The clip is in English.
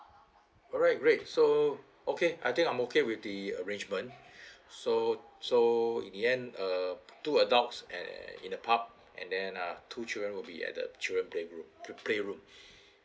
alright great so okay I think I'm okay with the arrangement so so in the end uh two adults and in the pub and then uh two children will be at the children playroom pl~ play room